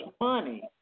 money